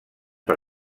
per